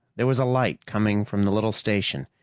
there was a light coming from the little station,